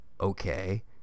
okay